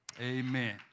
Amen